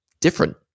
different